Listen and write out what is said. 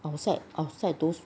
outside outside those